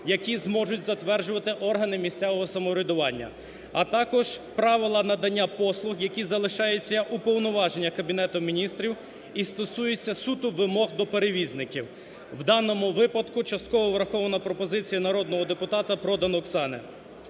які зможуть затверджувати ограни місцевого самоврядування. А також правила надання послуг, які залишаються у повноваженні Кабінету Міністрів і стосуються суто вимог до перевізників. В даному випадку частково врахована пропозиція народного депутата Продан Оксани.